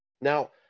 Now